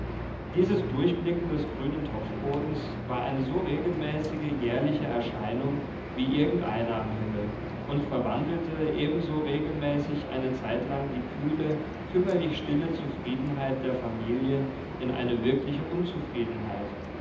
dieses durchblicken des grünen topfbodens war eine so regelmäßige jährliche erscheinung wie irgendeine am himmel und verwandelte ebenso regelmäßig eine zeitlang die kühle kümmerlichstille zufriedenheit der familie in eine wirkliche unzufriedenheit